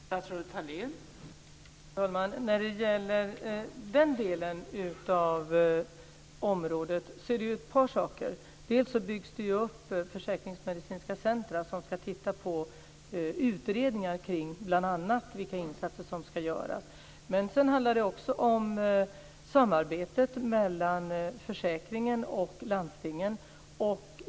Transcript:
Fru talman! När det gäller den delen av området vill jag nämna ett par saker. Dels byggs det upp försäkringsmedicinska centrum som ska titta på utredningar kring bl.a. vilka insatser som ska göras, dels handlar det om samarbetet mellan försäkringskassan och landstingen.